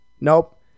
nope